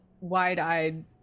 wide-eyed